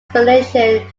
explanation